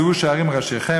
"שאו שערים ראשיכם,